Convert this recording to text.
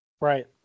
Right